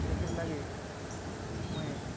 ସେଥିର୍ଲାଗି ମୁଇଁ